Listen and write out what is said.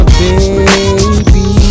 baby